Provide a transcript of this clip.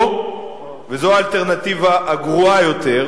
או, וזו האלטרנטיבה הגרועה יותר,